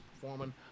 performing